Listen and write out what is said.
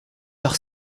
heure